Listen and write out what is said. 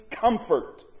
comfort